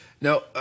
Now